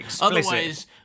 Otherwise